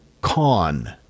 con